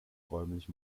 räumlich